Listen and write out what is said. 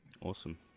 awesome